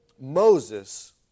Moses